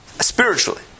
Spiritually